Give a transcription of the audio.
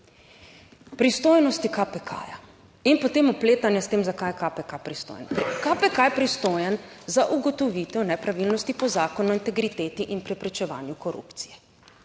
Pristojnosti KPK in potem vpletanje s tem za kaj je KPK pristojen. KPK je pristojen za ugotovitev nepravilnosti po Zakonu o integriteti in preprečevanju korupcije,